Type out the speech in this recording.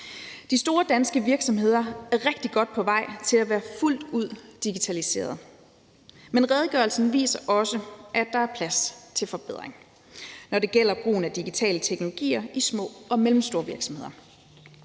De store danske virksomheder er rigtig godt på vej til at være fuldt ud digitaliseret, men redegørelsen viser også, at der er plads til forbedring, når det gælder brugen af digitale teknologier i små og mellemstore virksomheder.